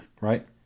right